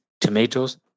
tomatoes